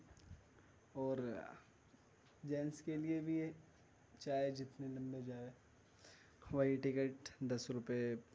اور جینٹس کے لیے بھی ہے چاہے جتنے لمبے جائے وہی ٹکٹ دس روپئے